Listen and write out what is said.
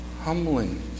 humbling